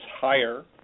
higher